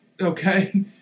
okay